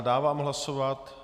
Dávám hlasovat...